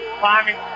climbing